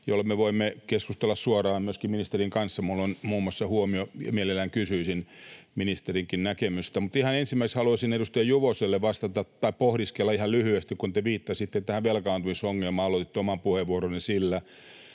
jolloin me voimme keskustella suoraan myöskin ministerin kanssa. Minulla on muun muassa eräs huomio, ja mielellään kysyisin ministerinkin näkemystä. Mutta ihan ensimmäiseksi haluaisin edustaja Juvoselle vastata tai pohdiskella ihan lyhyesti, kun te viittasitte tähän velkaantumisongelmaan. Aloititte oman puheenvuoronne sillä,